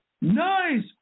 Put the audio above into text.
Nice